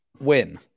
Win